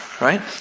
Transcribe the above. right